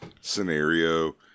scenario